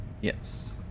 yes